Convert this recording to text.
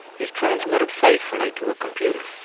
is transmitted faithfully to a computer.